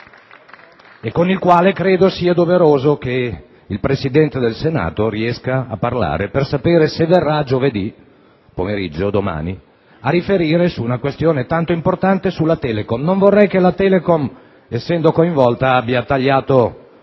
e con il quale credo sia doveroso che il Presidente del Senato riesca a parlare per sapere se verrà giovedì pomeriggio, cioè domani, a riferire su una questione tanto importante come il caso Telecom. Non vorrei che la Telecom, essendo coinvolta, abbia tagliato